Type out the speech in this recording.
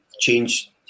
change